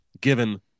given